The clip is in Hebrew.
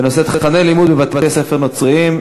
בנושא: תוכני לימוד בבתי-ספר נוצריים.